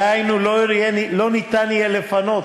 דהיינו, לא ניתן יהיה לפנות